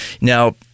Now